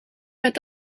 met